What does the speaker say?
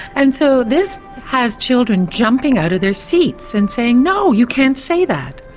and so this has children jumping out of their seats and saying no, you can't say that.